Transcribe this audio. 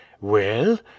Well